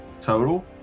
Total